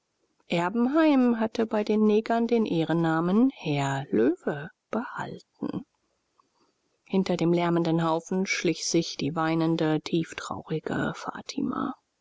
erbenheim hat bei den negern den ehrennamen herr löwe behalten hinter dem lärmenden haufen schlich sich die weinende tieftraurige fatima